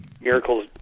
Miracles